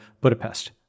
Budapest